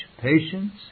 patience